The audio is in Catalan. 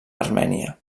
armènia